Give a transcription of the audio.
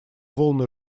волны